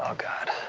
ah god.